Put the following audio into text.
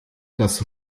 das